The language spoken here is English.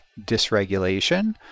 dysregulation